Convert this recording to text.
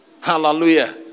Hallelujah